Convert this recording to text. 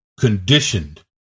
conditioned